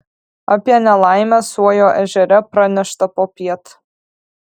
apie nelaimę suojo ežere pranešta popiet